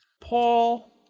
Paul